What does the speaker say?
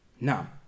now